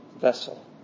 vessel